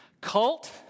Cult